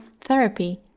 therapy